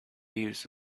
use